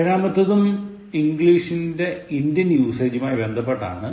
ഏഴാമത്തേതും ഇംഗ്ലീഷിന്റെ ഇന്ത്യൻ യുസേജുമായി ബന്ധപ്പെട്ടതാണ്